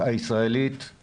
תדייק, אנחנו בירידה עכשיו.